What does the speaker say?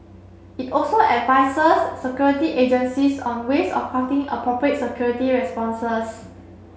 it also advises security agencies on ways of crafting appropriate security responses